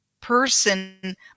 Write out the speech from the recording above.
person